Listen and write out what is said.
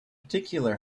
peculiar